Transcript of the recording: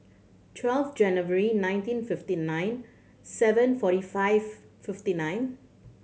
twelve January nineteen fifty nine seven forty five fifty nine